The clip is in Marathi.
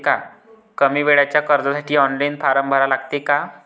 कमी वेळेच्या कर्जासाठी ऑनलाईन फारम भरा लागते का?